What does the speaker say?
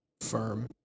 firm